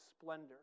splendor